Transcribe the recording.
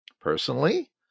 Personally